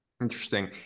interesting